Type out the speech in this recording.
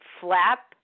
flap